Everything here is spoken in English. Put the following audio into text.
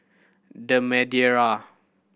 The Madeira